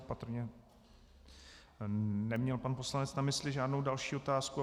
Patrně neměl pan poslanec na mysli žádnou další otázku.